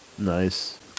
nice